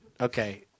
Okay